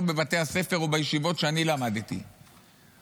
בבתי הספר או בישיבות שאני למדתי בהן,